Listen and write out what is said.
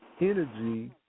energy